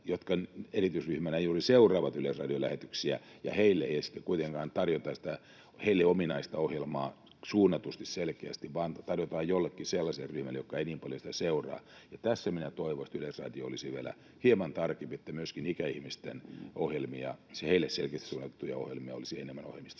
jotka erityisryhmänä juuri seuraavat yleisradiolähetyksiä, ja heille ei sitten kuitenkaan tarjota sitä heille selkeästi suunnattua ominaista ohjelmaa, vaan tarjotaan jollekin sellaiselle ryhmälle, joka ei niin paljon sitä seuraa. Toivoisin, että Yleisradio olisi tässä vielä hieman tarkempi, että myöskin ikäihmisten ohjelmia, heille selkeästi suunnattuja ohjelmia, olisi enemmän ohjelmistossa.